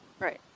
right